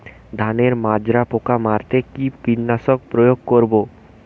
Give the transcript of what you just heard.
ধানের মাজরা পোকা মারতে কি কীটনাশক প্রয়োগ করব?